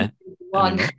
One